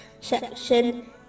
section